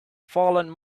fallen